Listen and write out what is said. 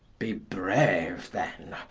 be braue then,